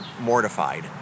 mortified